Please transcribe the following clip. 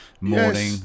morning